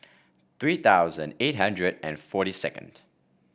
three thousand eight hundred and forty second